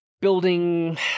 building